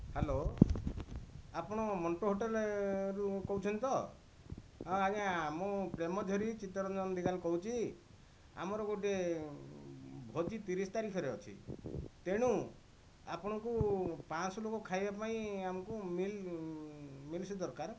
hello ଆପଣ ମଣ୍ଟୁ ହୋଟେଲରୁ କହୁଛନ୍ତି ତ ହଁ ଆଜ୍ଞା ମୁଁ ପ୍ରେମ ଝରି ଚିତ୍ତ ରଞ୍ଜନ ଦିଗାଲ କହୁଛି ଆମର ଗୋଟିଏ ଭୋଜି ତିରିଶ ତାରିଖରେ ଅଛି ତେଣୁ ଆପଣଙ୍କୁ ପାଞ୍ଚଶହ ଲୋକ ଖାଇବା ପାଇଁ ଆମକୁ ମିଲ୍ ମିଲସ୍ ଦରକାର